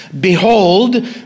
Behold